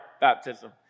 baptism